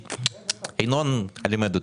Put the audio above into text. ינון לימד אותי.